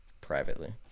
privately